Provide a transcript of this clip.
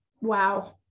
Wow